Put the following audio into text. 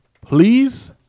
Please